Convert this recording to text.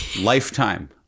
lifetime